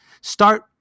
start